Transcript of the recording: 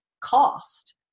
cost